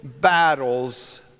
battles